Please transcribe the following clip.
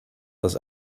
dass